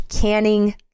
canning